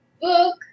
book